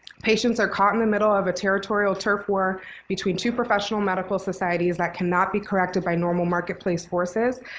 patients are caught in the middle of a territorial turf war between two professional medical societies that cannot be corrected by normal marketplace forces.